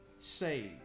saved